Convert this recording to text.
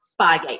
spygate